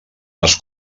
les